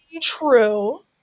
true